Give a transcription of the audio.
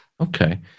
Okay